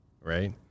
right